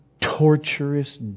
torturous